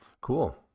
Cool